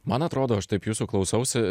man atrodo aš taip jūsų klausausi